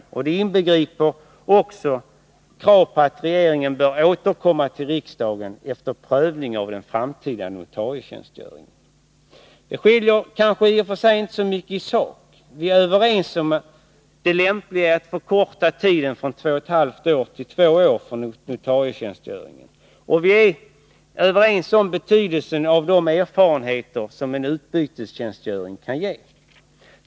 Reservationen inbegriper krav på att regeringen bör återkomma till riksdagen efter prövning av den framtida notarietjänstgöringen. Utskottsmajoritetens och reservanternas uppfattningar skiljer sig kanske i och för sig inte så mycket i sak. Vi är överens om det lämpliga i att förkorta tiden från två och ett halvt till två år för notarietjänstgöringen. Och vi är överens om betydelsen av de erfarenheter som en utbytestjänstgöring kan ge.